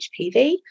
HPV